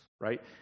right